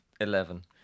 Eleven